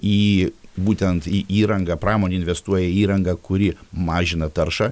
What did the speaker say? į būtent į įrangą pramonė investuoja į įrangą kuri mažina taršą